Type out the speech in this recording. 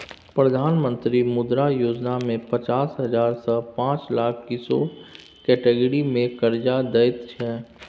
प्रधानमंत्री मुद्रा योजना मे पचास हजार सँ पाँच लाख किशोर कैटेगरी मे करजा दैत छै